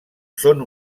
són